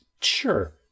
Sure